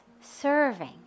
serving